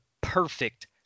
perfect